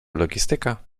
logistyka